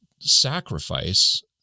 sacrifice